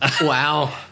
Wow